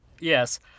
Yes